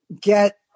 get